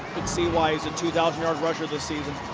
could see why he's a two thousand yard rusher this season.